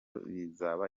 bizaba